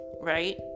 right